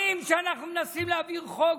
שנים שאנחנו מנסים להעביר חוק.